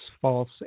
false